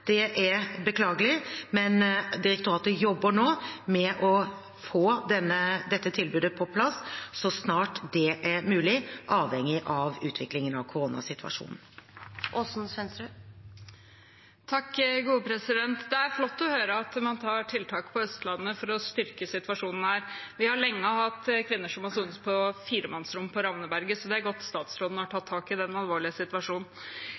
Det er beklagelig, men direktoratet jobber nå med å få dette tilbudet på plass så snart det er mulig, avhengig av utviklingen av koronasituasjonen. Det er flott å høre at man gjør tiltak på Østlandet for å styrke situasjonen her. Vi har lenge hatt kvinner som har sonet på firemannsrom på Ravneberget, så det er godt statsråden har tatt tak i den alvorlige situasjonen.